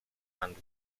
and